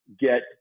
get